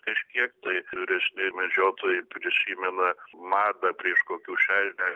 kažkiek taivyresnieji medžiotojai prisimena madą prieš kokių šešiasdešim